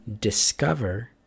discover